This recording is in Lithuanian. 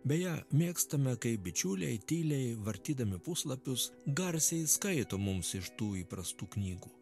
beje mėgstame kai bičiuliai tyliai vartydami puslapius garsiai skaito mums iš tų įprastų knygų